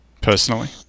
personally